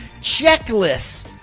checklists